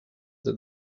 that